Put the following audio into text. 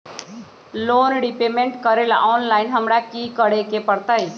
Loan repayment करेला online हमरा की करे के परतई?